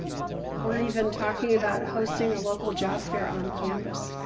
we are even talking about hosting a local job fair on campus.